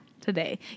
Today